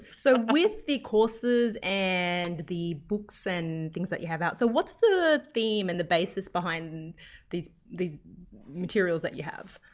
so, with the courses and the books and things you have out, so what's the theme and the basis behind these these materials that you have?